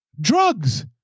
Drugs